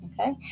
Okay